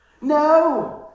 No